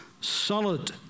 solid